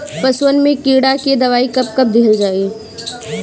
पशुअन मैं कीड़ा के दवाई कब कब दिहल जाई?